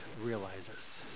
realizes